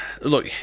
Look